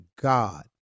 God